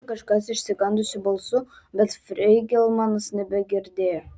klausė kažkas išsigandusiu balsu bet feigelmanas nebegirdėjo